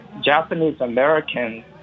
Japanese-Americans